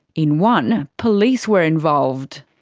in one, police were involved.